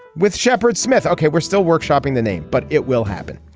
with shepard smith ok we're still workshopping the name but it will happen.